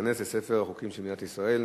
ותיכנס לספר החוקים של מדינת ישראל.